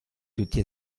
tutti